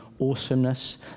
awesomeness